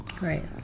Right